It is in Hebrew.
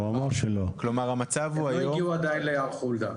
הם לא הגיעו עדין ליער חולדה.